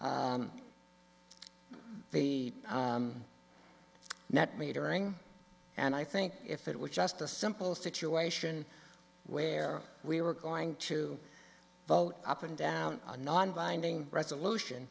metering and i think if it was just a simple situation where we were going to vote up and down a non binding resolution